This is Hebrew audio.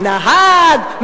נהג,